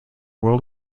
world